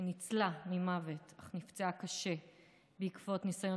שניצלה ממוות אך נפצעה קשה בעקבות ניסיון